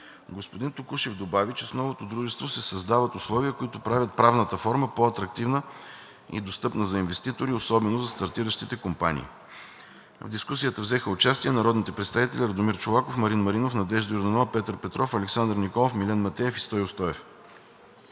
Господин Токушев добави, че с новото дружество се създават условия, които правят правната форма по-атрактивна и достъпна за инвеститори, особено за стартиращите компании. В дискусията взеха участие народните представители Радомир Чолаков, Марин Маринов, Надежда Йорданова, Петър Петров, Александър Николов, Милен Матеев и Стою Стоев.